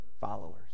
followers